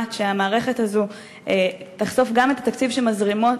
שקובעת שהמערכת הזו תחשוף גם את התקציב שמזרימים